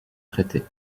traitées